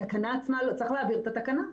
צריך להעביר את התקנה.